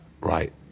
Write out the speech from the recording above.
right